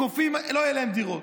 לא יהיו להם דירות,